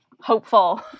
hopeful